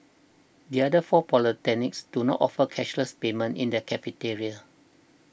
the other four polytechnics do not offer cashless payment in their cafeterias